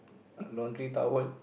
a laundry towel